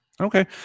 Okay